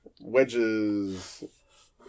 Wedges